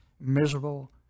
miserable